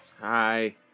hi